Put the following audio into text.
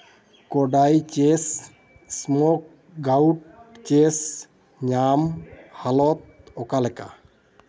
ᱠᱳᱰᱟᱭ ᱪᱤᱥ ᱥᱢᱳᱠ ᱜᱟᱣᱩᱰ ᱪᱮᱥ ᱧᱟᱢᱚᱜ ᱦᱟᱞᱚᱛ ᱚᱠᱟ ᱞᱮᱠᱟ